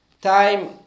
Time